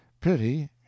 Pity